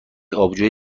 آبجو